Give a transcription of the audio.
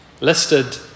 listed